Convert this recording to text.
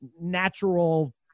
natural